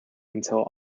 until